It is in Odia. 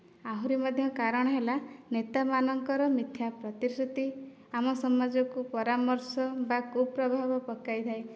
ଆହୁରି ମଧ୍ୟ କାରଣ ହେଲା ନେତାମାନଙ୍କର ମିଥ୍ୟା ପ୍ରତିଶୃତି ଆମ ସମାଜକୁ ପରାମର୍ଶ ବା କୁପ୍ରଭାବ ପକାଇଥାଏ